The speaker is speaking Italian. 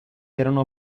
erano